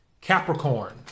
Capricorn